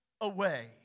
away